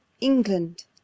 england